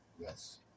Yes